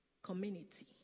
community